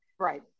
Right